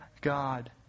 God